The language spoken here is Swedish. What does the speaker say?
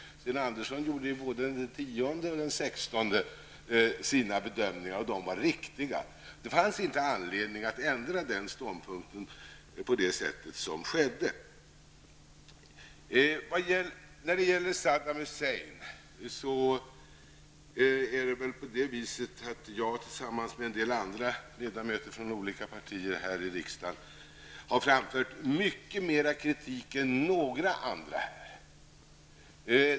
Sten Andersson gjorde både den 10 och den 16 januari sina bedömningar, och de var riktiga. Det fanns inte anledning att ändra ståndpunkt på det sätt som skedde. När det gäller Saddam Hussein är det väl på det sättet att jag tillsammans med en del andra ledamöter från olika partier här i riksdagen har framfört mycket mera kritik än några andra.